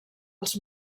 els